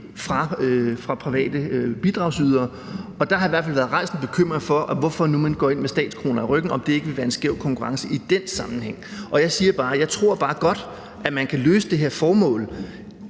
fra private bidragsydere. Og der har i hvert fald været rejst en bekymring for, at man nu går ind med statskroner i ryggen, og om det ikke vil medføre en skæv konkurrence i den sammenhæng. Jeg siger bare, at jeg godt tror, at man kan opfylde det her formål